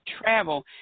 travel